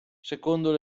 secondo